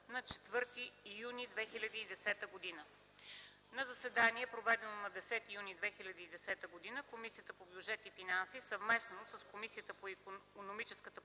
на 04 юни 2010 г. На заседание, проведено на 10 юни 2010 г., Комисията по бюджет и финанси съвместно с Комисията по икономическата